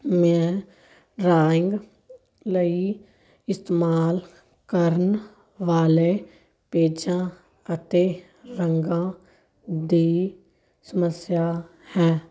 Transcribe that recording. ਮੈਂ ਡਰਾਇੰਗ ਲਈ ਇਸਤੇਮਾਲ ਕਰਨ ਵਾਲੇ ਪੇਜਾਂ ਅਤੇ ਰੰਗਾਂ ਦੀ ਸਮੱਸਿਆ ਹੈ